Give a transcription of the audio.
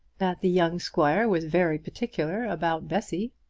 that the young squire was very particular about bessy.